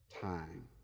time